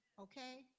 Okay